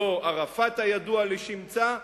לא ערפאת הידוע לשמצה,